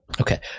Okay